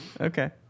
Okay